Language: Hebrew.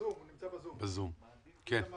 הסוכנות לעסקים קטנים, איתמר גזלה.